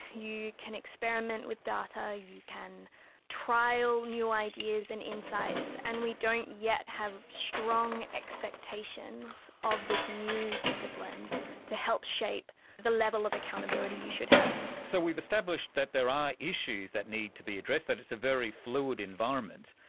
you can experiment with data, you can trial new ideas and insights, and we don't yet have strong expectations of this new discipline to help shape the level of accountability you should have. so we've established that there are issues that need to be addressed, that it's a very fluid environment.